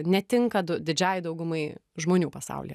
netinka d didžiajai daugumai žmonių pasaulyje